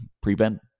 prevent